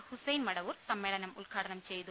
ഹുസൈൻ മടവൂർ സമ്മേ ളനം ഉദ്ഘാടനം ചെയ്തു